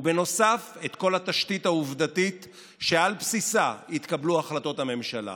ובנוסף את כל התשתית העובדתית שעל בסיסה התקבלו החלטות הממשלה.